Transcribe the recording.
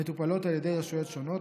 המטופלות על ידי רשויות שונות,